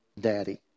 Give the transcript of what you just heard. daddy